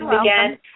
again